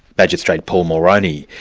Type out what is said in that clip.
magistrate paul mulroney.